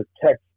protect